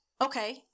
okay